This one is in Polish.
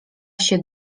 się